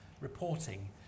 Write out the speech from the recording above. reporting